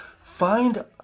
find